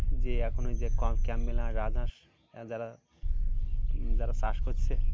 যে এখন ওই যে ক ক্যাম্পবেল আর রাজহাঁশ যারা যারা চাষ করছে